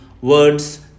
words